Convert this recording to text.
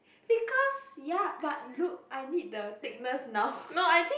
because ya but look I need the thickness now